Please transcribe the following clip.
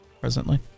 presently